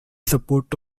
support